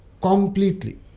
Completely